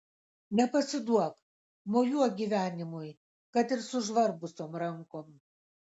nepasiduok mojuok gyvenimui kad ir sužvarbusiom rankom